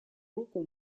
руку